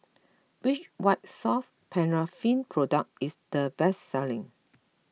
which White Soft Paraffin Product is the best selling